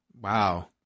Wow